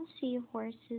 seahorses